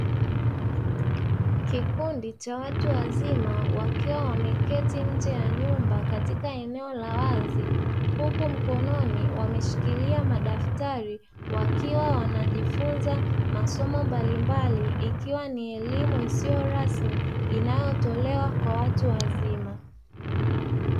Kikundi cha watu wazima wakiwa wameketi nje ya nyumba katika eneo la wazi, huku mkononi wameshikilia madaftari, wakiwa wanajifunza masomo mbalimbali ikiwa ni elimu isiyo rasmi inayotolewa kwa watu wazima.